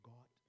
God